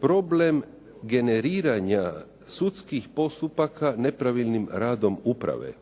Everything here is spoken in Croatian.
problem generiranja sudskih postupaka nepravilnim radom uprave